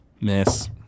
miss